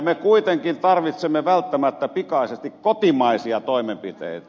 me kuitenkin tarvitsemme välttämättä pikaisesti kotimaisia toimenpiteitä